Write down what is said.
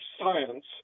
science